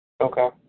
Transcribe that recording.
Okay